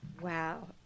wow